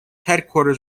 headquarters